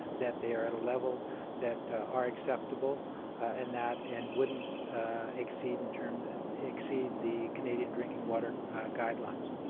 that they are at a level that are acceptable and that, and wouldn't exceed in terms exceed the canadian drinking water guidelines.